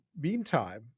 Meantime